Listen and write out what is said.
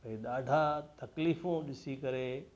ॾाढा तकलीफ़ूं ॾिसी करे